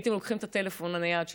הייתם לוקחים את הטלפון הנייד שלכם,